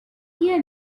here